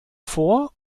vor